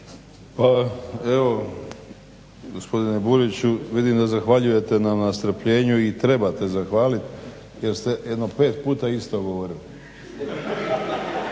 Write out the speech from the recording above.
Evo gospodine Buriću, vidim da zahvaljujete nam na strpljenju i trebate zahvaliti jer ste jedno pet puta isto govorili.